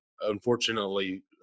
unfortunately